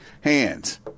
hands